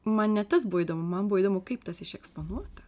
man ne tas buvo įdomu man buvo įdomu kaip tas išeksponuota